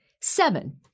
Seven